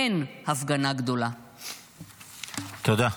/ הן הפגנה גדולה." תודה.